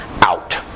out